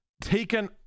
taken